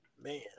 Man